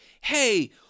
hey